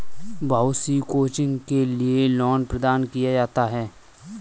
बहुत सी कोचिंग के लिये लोन प्रदान किया जाता है